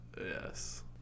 Yes